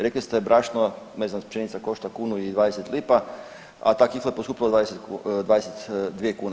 Rekli ste brašno ne znam pšenica košta kunu i 20 lipa, a ta kifla je poskupila 22 kune.